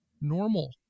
normal